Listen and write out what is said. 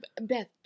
beth